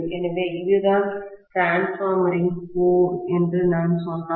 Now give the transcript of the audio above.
எனவேஇதுதான் டிரான்ஸ்பார்மரின் கோர் என்று நான் சொன்னால்